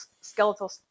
skeletal